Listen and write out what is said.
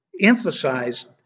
Emphasized